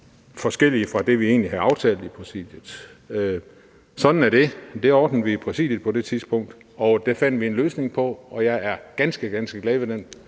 forskellige fra det, vi egentlig havde aftalt i Præsidiet. Sådan er det. Det ordnede vi i Præsidiet på det tidspunkt, og det fandt vi en løsning på, og jeg er ganske, ganske glad ved den